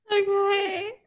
Okay